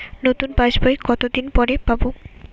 নতুন পাশ বই কত দিন পরে পাবো?